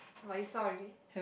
but you saw already